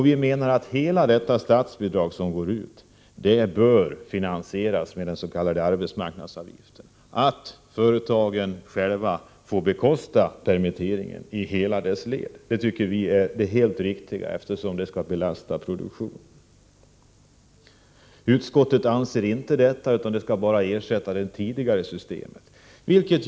Vi menar att hela det statsbidrag som utgår bör finansieras med den s.k. arbetsmarknadsavgiften. Företagen kan själva få bekosta permitteringen i alla led. Det tycker vi är riktigt, eftersom permitteringskostnaderna skall belasta produktionen. Utskottet anser inte detta, utan anför att detta system bara skall ersätta det tidigare systemet.